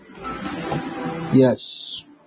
Yes